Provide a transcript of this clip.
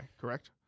Correct